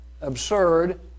absurd